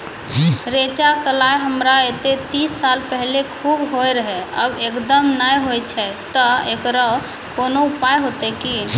रेचा, कलाय हमरा येते तीस साल पहले खूब होय रहें, अब एकदम नैय होय छैय तऽ एकरऽ कोनो उपाय हेते कि?